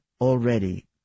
already